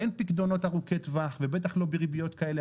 אין פיקדונות ארוכי טווח ובטח לא בריביות כאלה.